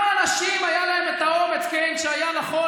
ישבו השמאלנים במדינת ישראל